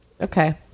Okay